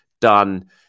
done